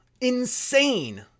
Insane